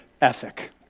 ethic